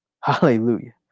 Hallelujah